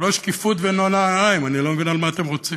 לא שקיפות ולא נעליים, אני לא מבין מה אתם רוצים.